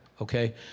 okay